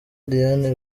diane